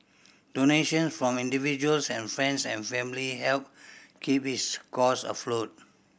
donation from individuals and friends and family helped keep his cause afloat